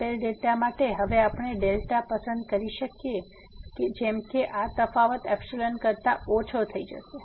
આપેલ માટે હવે આપણે પસંદ કરી શકીએ છીએ જેમ કે આ તફાવત કરતા ઓછો થઈ જશે